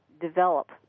develop